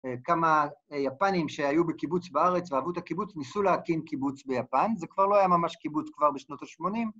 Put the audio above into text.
כמה יפנים שהיו בקיבוץ בארץ, אהבו את הקיבוץ, ניסו להקים קיבוץ ביפן. זה כבר לא היה ממש קיבוץ, כבר בשנות ה-80.